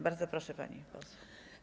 Bardzo proszę, pani poseł.